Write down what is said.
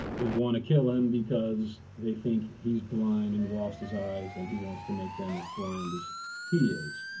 they want to kill him because they think he's blind and he lost his eyes and he wants to make them as blind as he is.